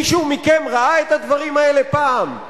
מישהו מכם ראה את הדברים האלה פעם?